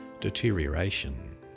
deterioration